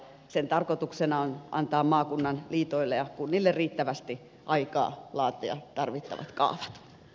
sen tarkoituksena on antaa maakunnan liitoille ja kunnille riittävästi aikaa laatia tarvittavat kaavat